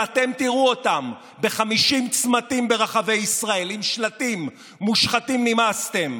ואתם תראו אותם ב-50 צמתים ברחבי ישראל עם שלטים: מושחתים נמאסתם.